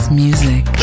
music